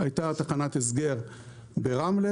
הייתה תחנת הסגר ברמלה,